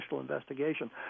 investigation